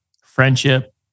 friendship